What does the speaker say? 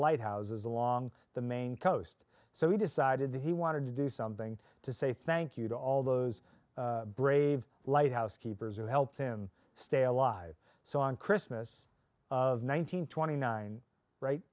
lighthouses along the main coast so he decided he wanted to do something to say thank you to all those brave lighthouse keepers who helped him stay alive so on christmas of one hundred twenty nine right